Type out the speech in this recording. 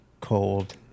cold